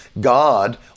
God